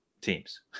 teams